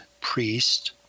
priest